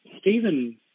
Stephen